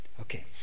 Okay